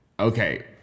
Okay